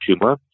tumor